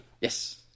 Yes